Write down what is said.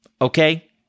okay